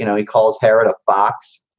you know he calls herod a fox.